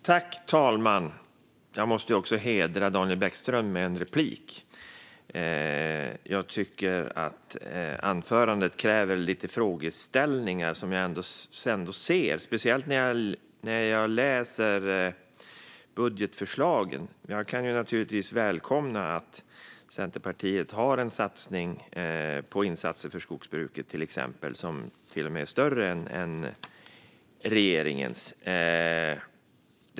Fru talman! Jag måste hedra Daniel Bäckström med en replik, och jag tycker att anförandet kräver några frågeställningar. Det gäller speciellt sådant jag ser när jag läser budgetförslaget. Jag kan naturligtvis välkomna att Centerpartiet har en satsning på insatser för skogsbruket, till exempel, som till och med är större än regeringens.